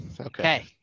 Okay